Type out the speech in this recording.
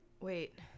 wait